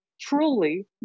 truly